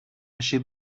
sheep